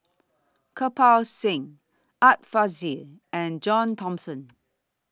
Kirpal Singh Art Fazil and John Thomson